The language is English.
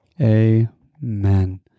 Amen